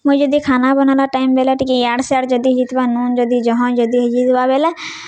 ମୁଇଁ ଯଦି ଖାନା ବନାବାର୍ ଟାଇମ୍ ବେଲେ ଟିକେ ଇଆଡ଼୍ ସେଆଡ଼୍ ଯଦି ହେଇଥିବା ନୁନ୍ ଯଦି ଜହ ଯଦି ହେଇଯାଇଥିବା ବେଲେ